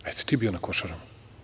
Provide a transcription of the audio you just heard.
Da li si ti bio na Košarama?